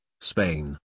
Spain